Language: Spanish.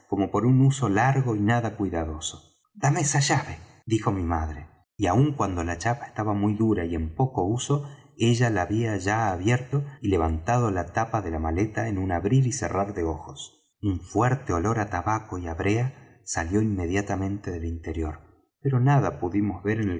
por un uso largo y nada cuidadoso dame esa llave dijo mi madre y aun cuando la chapa estaba muy dura y en poco uso ella la había ya abierto y levantado la tapa de la maleta en un abrir y cerrar de ojos un fuerte olor á tabaco y á bréa salió inmediatamente del interior pero nada pudimos ver